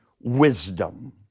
wisdom